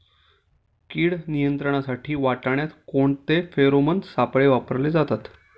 कीड नियंत्रणासाठी वाटाण्यात कोणते फेरोमोन सापळे वापरले जातात?